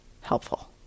helpful